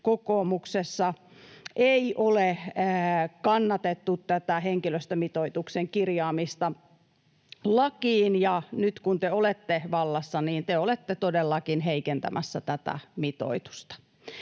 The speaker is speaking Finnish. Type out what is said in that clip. kokoomuksessa ei ole kannatettu tätä henkilöstömitoituksen kirjaamista lakiin, ja nyt kun te olette vallassa, niin te olette todellakin heikentämässä tätä mitoitusta.